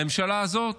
לממשלה הזאת